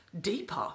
deeper